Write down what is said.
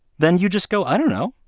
then you just go, i don't know,